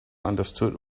understood